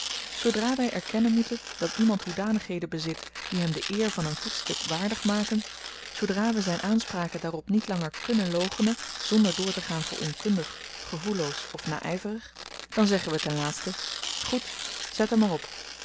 zoodra wy erkennen moeten dat iemand hoedanigheden bezit die hem de eer van een voetstuk waardig maken zoodra we zyn aanspraken daarop niet langer kùnnen loochenen zonder doortegaan voor onkundig gevoelloos of nayverig dan zeggen we ten laatste goed zet hem er op